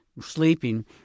sleeping